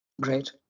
Great